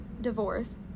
divorce